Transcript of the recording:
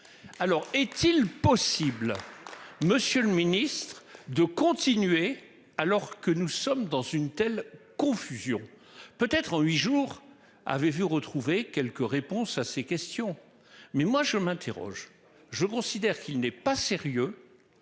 Alors est-il possible. Monsieur le Ministre de continuer. Alors que nous sommes dans une telle confusion peut être en huit jours avait vu retrouver quelques réponses à ses questions. Mais moi je m'interroge, je considère qu'il n'est pas sérieux.